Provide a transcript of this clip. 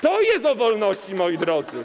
To jest o wolności, moi drodzy.